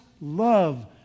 love